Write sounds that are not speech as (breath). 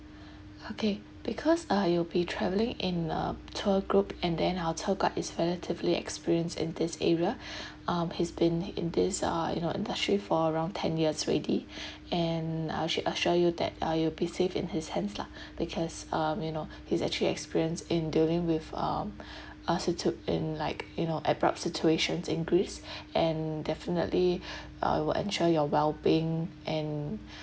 (breath) okay because uh you'll be travelling in a tour group and then our tour guide is relatively experienced in this area (breath) um he's been in this uh you know industry for around ten years already (breath) and I actually assure you that uh you'll be safe in his hands lah (breath) because um you know he's actually experienced in dealing with um (breath) altitude in like you know abrupt situations in greece (breath) and definitely (breath) uh will ensure your well-being and